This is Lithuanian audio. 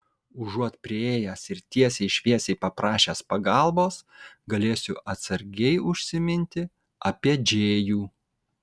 užuot priėjęs ir tiesiai šviesiai paprašęs pagalbos galėsiu atsargiai užsiminti apie džėjų